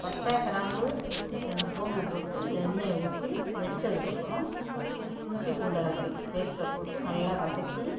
பட்டை கிராம்பு ரெண்டு சோம்பு போட்டு எண்ணெயை ஊற்றி வெடிச்சதுக்கப்புறம் இஞ்சி பூண்டு அரைத்த பேஸ்ட்டை போட்டு நல்லா வதக்கி